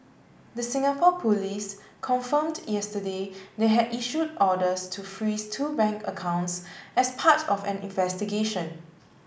the Singapore police confirmed yesterday they had issued orders to freeze two bank accounts as part of an investigation